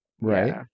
right